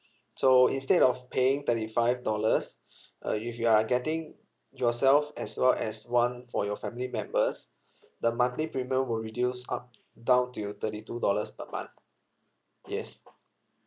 so instead of paying thirty five dollars uh if you are getting yourself as well as one for your family members the monthly premium will reduce up down till thirty two dollars per month yes